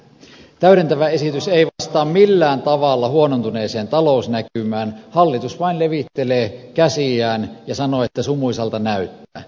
täydentävä esitys ei vastaa millään tavalla huonontuneeseen talousnäkymään hallitus vain levittelee käsiään ja sanoo että sumuisalta näyttää